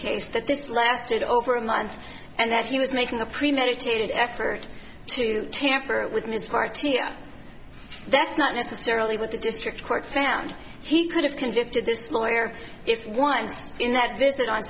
case that this lasted over a month and that he was making a premeditated effort to tamper with mr partier that's not necessarily what the district court found he could have convicted this lawyer if once in that visit